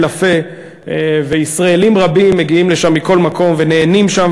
לפה וישראלים רבים מגיעים לשם מכל מקום ונהנים שם.